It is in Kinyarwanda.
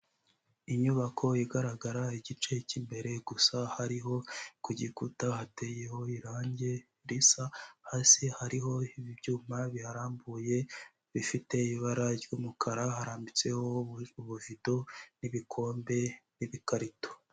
Inyubako igaragara igice k'imbere gusa hariho ku gikuta hateyeho irangi risa, hasi hariho ibyuma biraharambuye bifite ibara ry'umukara harambitseho ububido n'ibikombe n'ibikarito.